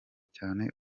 cyane